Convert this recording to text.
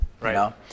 right